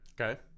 okay